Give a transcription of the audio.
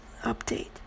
update